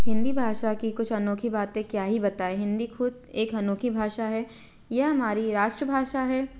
हिंदी भाषा की कुछ अनोखी बातें क्या ही बताएँ हिंदी ख़ुद एक अनोखी भाषा है यह हमारी राष्ट्रभाषा है